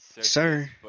sir